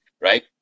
right